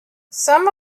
some